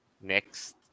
next